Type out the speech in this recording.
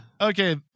okay